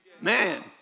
Man